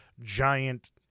giant